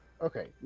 Okay